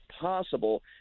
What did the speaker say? possible